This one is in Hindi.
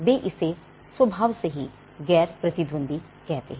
वे इसे स्वभाव से ही गैर प्रतिद्वंदी कहते हैं